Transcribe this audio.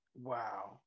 Wow